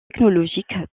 théologiques